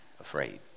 afraid